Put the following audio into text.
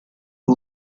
who